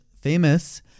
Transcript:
famous